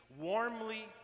warmly